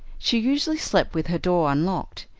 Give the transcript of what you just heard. she usually slept with her door unlocked,